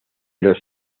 los